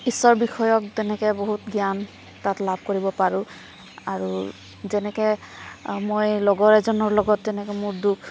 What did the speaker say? ঈশ্বৰ বিষয়ক তেনেকৈ বহুত জ্ঞান তাত লাভ কৰিব পাৰোঁ আৰু যেনেকৈ মই লগৰ এজনৰ লগত তেনেকৈ মোৰ দুখ